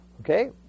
okay